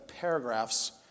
paragraphs